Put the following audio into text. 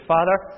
Father